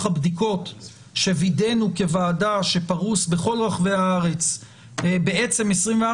הבדיקות שווידאנו כוועדה שפרוש בכל רחבי הארץ 24/7,